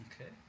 Okay